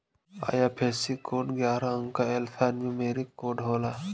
IFSC code ग्यारह अंक क एल्फान्यूमेरिक कोड होला